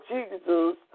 Jesus